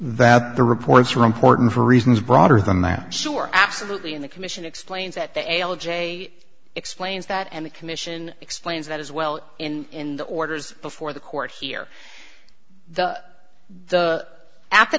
that the reports are important for reasons broader than that i'm sure absolutely in the commission explains that the ala j explains that and the commission explains that as well in in the orders before the court here the the at the